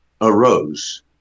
arose